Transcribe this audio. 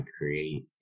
create